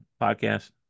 podcast